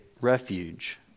refuge